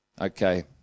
Okay